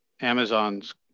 Amazon's